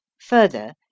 Further